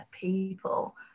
people